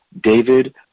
David